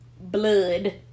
blood